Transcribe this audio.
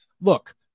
Look